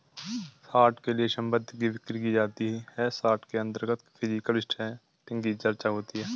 short के लिए संपत्ति की बिक्री की जाती है शॉर्ट के अंतर्गत फिजिकल सेटिंग की चर्चा होती है